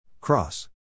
Cross